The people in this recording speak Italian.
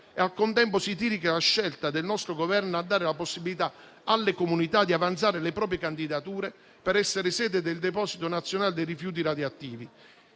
e al contempo criticano la scelta del nostro Governo di dare la possibilità alle comunità di avanzare le proprie candidature per essere sedi del deposito nazionale dei rifiuti radioattivi.